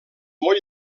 molt